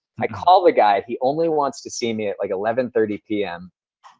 i called the guy. he only wants to see me at like eleven thirty pm.